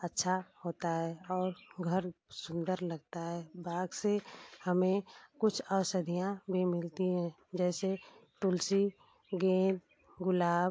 अच्छा होता है और घर सुंदर लगता है बाग से हमें कुछ औषधियाँ भी मिलती हैं जैसे तुलसी गेंद गुलाब